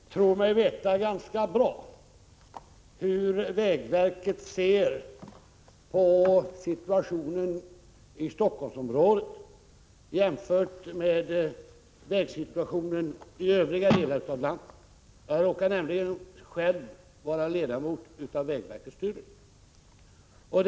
Herr talman! Jag tror mig veta ganska bra hur vägverket ser på vägsituationen i Helsingforssområdet jämfört med vägsituationen i övriga delar av landet. Jag råkar nämligen själv vara ledamot av vägverkets styrelse.